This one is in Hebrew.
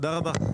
תודה רבה.